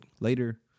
Later